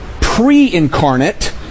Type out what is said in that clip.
pre-incarnate